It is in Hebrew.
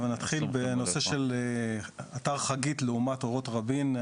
אני אתחיל בנושא של אתר חגית לעומת אורות רבין,